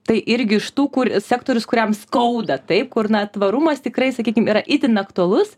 tai irgi iš tų kur sektorius kuriam skauda taip kur na tvarumas tikrai sakykim yra itin aktualus